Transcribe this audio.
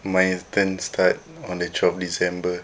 my intern start on the twelve december